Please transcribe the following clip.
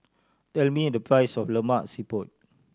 tell me the price of Lemak Siput